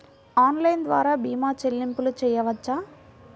Online ద్వార భీమా చెల్లింపులు చేయవచ్చా?